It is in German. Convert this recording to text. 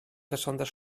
besonders